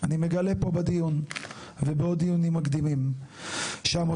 אני מגלה פה בדיון ובעוד דיונים מקדימים שהמוסד